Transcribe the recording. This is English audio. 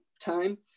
time